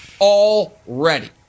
already